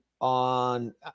on